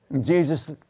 Jesus